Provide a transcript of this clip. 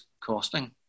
costing